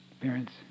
Parents